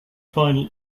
final